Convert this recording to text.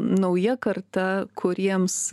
nauja karta kuriems